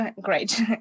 great